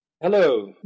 Hello